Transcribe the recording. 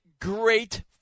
Great